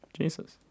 Jesus